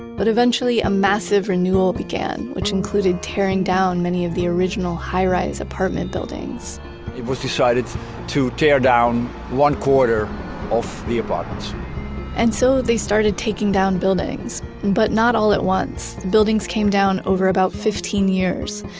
but eventually, a massive renewal began, which included tearing down many of the original high-rise apartment buildings it was decided to tear down one-quarter of the apartments and so, they started taking down buildings but not all at once. buildings came down over about fifteen years,